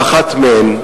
שאחת מהן,